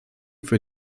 für